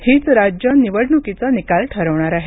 हीच राज्ये निवडणकीचा निकाल ठरवणार आहेत